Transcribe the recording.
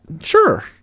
Sure